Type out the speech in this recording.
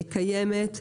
קיימת.